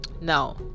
now